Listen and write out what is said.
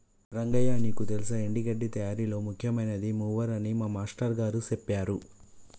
రంగయ్య నీకు తెల్సా ఎండి గడ్డి తయారీలో ముఖ్యమైనది మూవర్ అని మా మాష్టారు గారు సెప్పారు